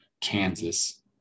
Kansas